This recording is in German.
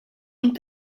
und